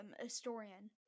historian